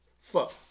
fuck